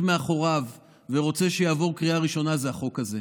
מאחוריו ורוצה שיעבור בקריאה ראשונה זה החוק הזה.